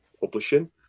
publishing